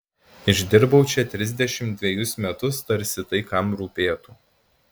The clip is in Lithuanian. išdirbau čia trisdešimt dvejus metus tarsi tai kam rūpėtų